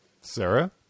Sarah